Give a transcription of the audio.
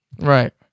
Right